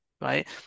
right